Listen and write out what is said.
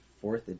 fourth